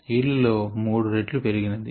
yield లో 3 రెట్లు పెరిగినది